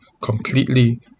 completely